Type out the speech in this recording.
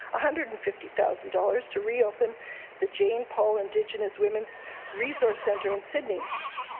hundred and fifty thousand dollars to reopen the jane paul indigenous women's resource centre in sydney.